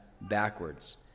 backwards